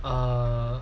err